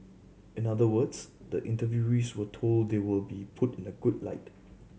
in other words the interviewees were told they will be put in a good light